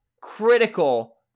critical